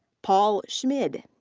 paul schmid.